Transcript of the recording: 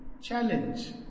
challenge